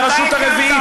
והרשות הרביעית,